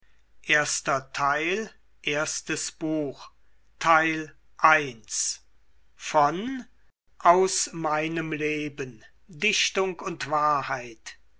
goethe aus meinem leben dichtung und wahrheit